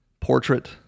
portrait